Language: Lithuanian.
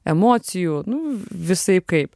emocijų nu visaip kaip